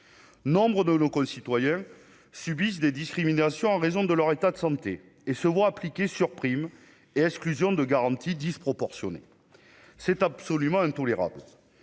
nombre de nos concitoyens subissent des discriminations en raison de leur état de santé et se voient appliquer surprime et exclusions de garanties disproportionnée, c'est absolument intolérable